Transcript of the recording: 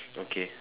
okay